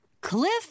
Cliff